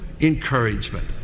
encouragement